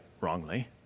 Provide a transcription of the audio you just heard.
wrongly